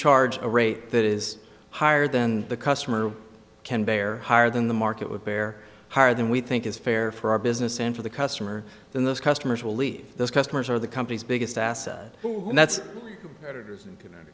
charge a rate that is higher than the customer can bear higher than the market would bear higher than we think is fair for our business and for the customer then those customers will leave those customers are the company's biggest asset and that's